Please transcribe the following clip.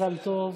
מזל טוב.